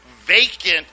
vacant